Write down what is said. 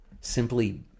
Simply